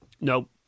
No